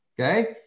okay